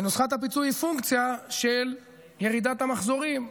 ונוסחת הפיצוי היא פונקציה של ירידת המחזורים.